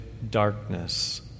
darkness